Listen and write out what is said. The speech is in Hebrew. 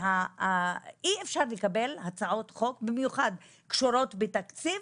אי אפשר לקבל הצעות חוק במיוחד קשורות בתקציב,